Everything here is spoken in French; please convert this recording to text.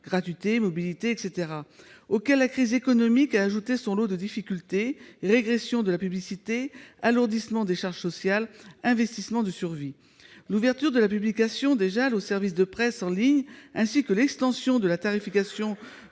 gratuité, mobilité, etc -, auxquels la crise économique a ajouté son lot de difficultés- régression de la publicité, alourdissement des charges sociales, investissements de survie. L'ouverture de la publication des AJL aux services de presse en ligne ainsi que l'extension de la tarification